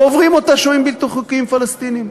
ועוברים אותה שוהים בלתי חוקיים פלסטינים.